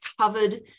covered